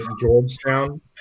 Georgetown